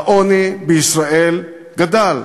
העוני בישראל גדל.